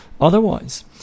otherwise